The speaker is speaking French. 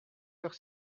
leurs